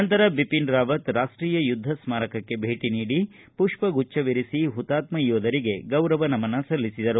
ನಂತರ ಬಿಒನ್ ರಾವತ್ ರಾಷ್ಟೀಯ ಯುದ್ಧ ಸ್ಮಾರಕಕ್ಕೆ ಭೇಟ ನೀಡಿ ಪುಷ್ಪಗುಚ್ದವಿರಿಸಿ ಹುತಾತ್ಮ ಯೋಧರಿಗೆ ಗೌರವ ನಮನ ಸಲ್ಲಿಸಿದರು